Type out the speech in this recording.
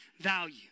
value